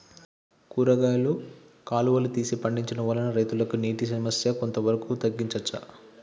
కూరగాయలు కాలువలు తీసి పండించడం వల్ల రైతులకు నీటి సమస్య కొంత వరకు తగ్గించచ్చా?